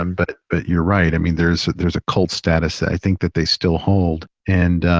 um but, but you're right. i mean, there's, there's a cult status that i think that they still hold. and,